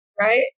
right